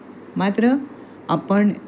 मात्र आपण